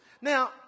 Now